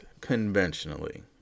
conventionally